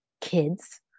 kids